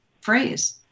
phrase